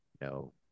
no